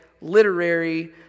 literary